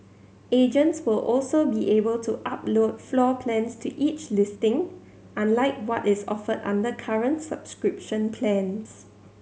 agents will also be able to upload floor plans to each listing unlike what is offered under current subscription plans